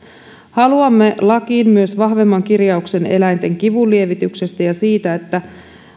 haluamme lakiin myös vahvemman kirjauksen eläinten kivunlievityksestä ja siitä että